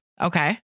Okay